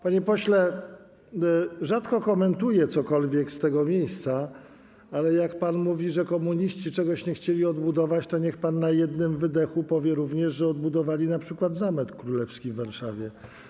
Panie pośle, rzadko komentuję cokolwiek z tego miejsca, ale jak pan mówi, że komuniści czegoś nie chcieli odbudować, to niech pan na jednym wydechu powie również, że odbudowali np. Zamek Królewski w Warszawie.